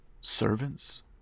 servants